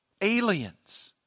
aliens